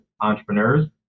entrepreneurs